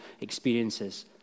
experiences